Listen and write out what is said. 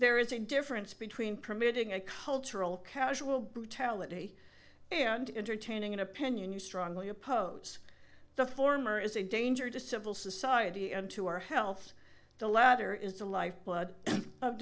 there is a difference between permitting a cultural casual brutality and entertaining an opinion you strongly oppose the former is a danger to civil society and to our health the latter is the lifeblood of